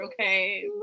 okay